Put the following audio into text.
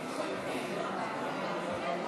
בסדר-היום של הכנסת נתקבלה.